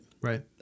Right